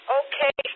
okay